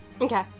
Okay